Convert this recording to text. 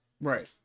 right